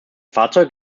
fahrzeug